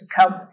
come